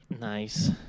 Nice